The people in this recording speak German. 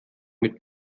mit